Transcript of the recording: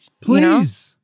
Please